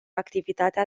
activitatea